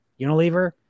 Unilever